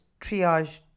triage